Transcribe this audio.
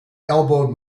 elbowed